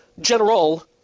general